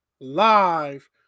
live